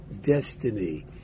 destiny